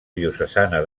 diocesana